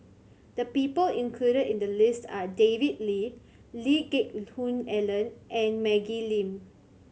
the people included in the list are David Lee Lee Geck Hoon Ellen and Maggie Lim